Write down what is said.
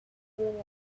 warm